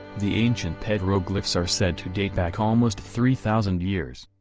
the ancient petroglyphs are said to date back almost three thousand years.